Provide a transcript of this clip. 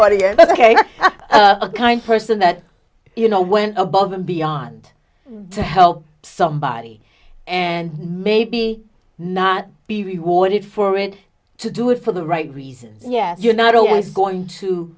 a kind person that you know went above and beyond to help somebody and maybe not be rewarded for it to do it for the right reasons yes you're not always going to